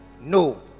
no